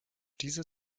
diese